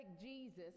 Jesus